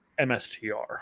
mstr